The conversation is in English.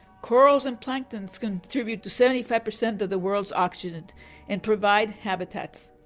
corals and plankton's contribute to seventy five percent of the world's oxygen. and and provide habitats.